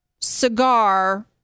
cigar